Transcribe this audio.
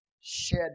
shed